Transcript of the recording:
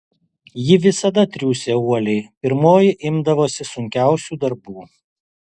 ji visada triūsė uoliai pirmoji imdavosi sunkiausių darbų